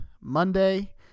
Monday